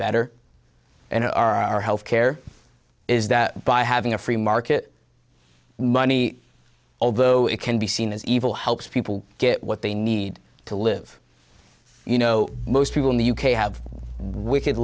better in our health care is that by having a free market money although it can be seen as evil helps people get what they need to live you know most people in the u k have wicked